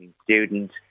student